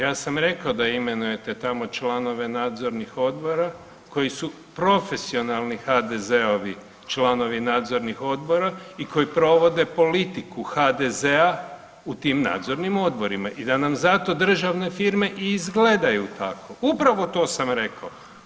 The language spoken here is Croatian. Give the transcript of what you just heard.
Ja sam rekao da imenujete tamo članove nadzornih odbora koji su profesionalni HDZ-ovi članovi nadzornih odbora i koji provode politiku HDZ-a u tim nadzornim odborima i da nam zato državne firme i izgledaju tako upravo to sam rekao.